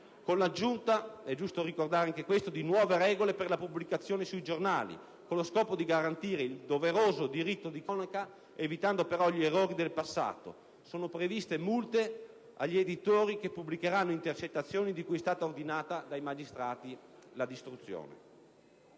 con l'aggiunta ‑ è giusto ricordare anche questo ‑ di nuove regole per la pubblicazione sui giornali, con lo scopo di garantire il doveroso diritto di cronaca, evitando però gli errori del passato. Sono previste multe agli editori che pubblicheranno intercettazioni di cui è stata ordinata dai magistrati la distruzione.